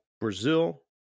Brazil